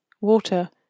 Water